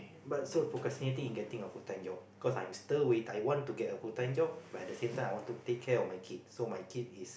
but so procrastinating in getting a full time job cause I'm still wait~ I want to get a full time job but at the same time I want to take care of my kid so my kid is